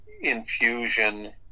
infusion